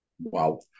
wow